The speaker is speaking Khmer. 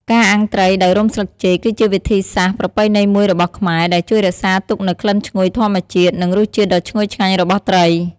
ការអាំងត្រីដោយរុំស្លឹកចេកគឺជាវិធីសាស្ត្រប្រពៃណីមួយរបស់ខ្មែរ ដែលជួយរក្សាទុកនូវក្លិនឈ្ងុយធម្មជាតិ និងរសជាតិដ៏ឈ្ងុយឆ្ងាញ់របស់ត្រី។